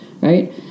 right